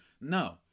No